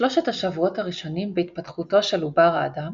== שלב שלושת המוחות == בשלושת השבועות הראשונים בהתפתחותו של עובר האדם